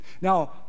Now